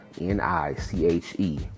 N-I-C-H-E